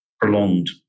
prolonged